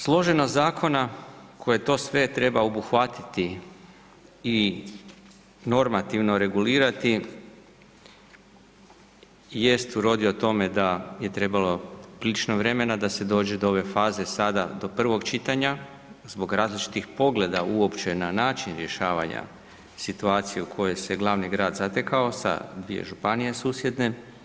Složenost zakona koje to sve treba obuhvatiti i normativno regulirati jest urodio tome da je trebalo prilično vremena da se dođe do ove faze sada do prvog čitanja zbog različitih pogleda uopće na način rješavanja situacije u kojoj se glavni grad zatekao sa dvije županije susjedne.